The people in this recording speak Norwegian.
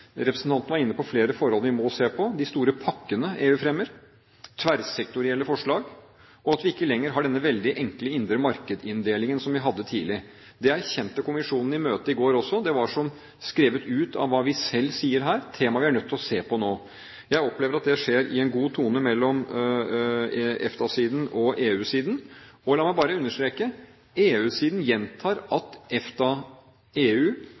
Representanten var inne på flere forhold vi må se på – de store pakkene EU fremmer, tverrsektorielle forslag, og at vi ikke lenger har denne veldig enkle indre-marked-inndelingen som vi hadde tidlig. Det erkjente kommisjonen i går i møtet også. Det var som skrevet ut av hva vi selv sier her, et tema vi er nødt til å se på nå. Jeg opplever at det skjer i en god tone mellom EFTA-siden og EU-siden, og la meg bare understreke: EU-siden gjentar at EFTA-, EU-